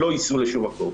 לא ייסעו לשום מקום.